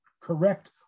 correct